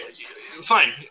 fine